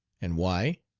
and why?